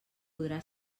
podrà